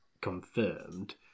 confirmed